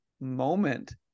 moment